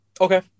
okay